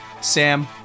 Sam